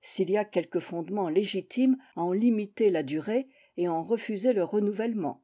s'il y a quelque fondement légitime à en limiter la durée et en refuser le renouvellement